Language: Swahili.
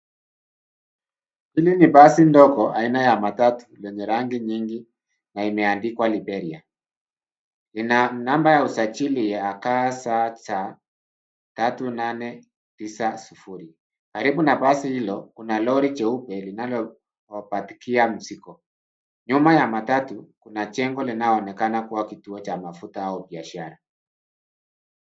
Hili ni basi ndogo aina ya matatu lenye rangi nyingi na imeandikwa Liberia. Ina namba ya usajili ya KCX 3890. Karibu na basi hilo kuna lori jeupe linalopatikia mzigo. Nyuma ya matatu kuna jeng linalo onekana kuwa kituo cha mafuta au biashara.